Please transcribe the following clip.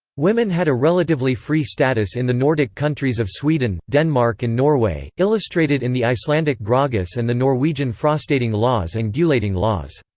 women had a relatively free status in the nordic countries of sweden, denmark and norway, illustrated in the icelandic gragas and the norwegian frostating laws and gulating laws.